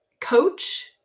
coach